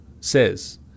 says